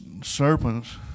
serpents